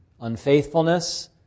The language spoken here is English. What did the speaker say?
Unfaithfulness